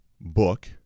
book